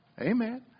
Amen